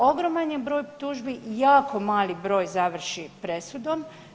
Ogroman je broj tužbi i jako mali broj završi presudom.